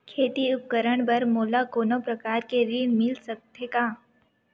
खेती उपकरण बर मोला कोनो प्रकार के ऋण मिल सकथे का?